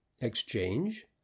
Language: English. Exchange